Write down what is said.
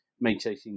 maintaining